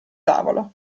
tavolo